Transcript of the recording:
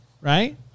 right